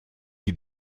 die